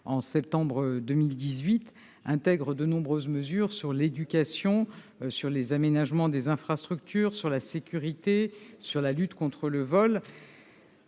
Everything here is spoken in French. en septembre dernier, intègre de nombreuses mesures sur l'éducation, les aménagements des infrastructures, la sécurité, la lutte contre le vol.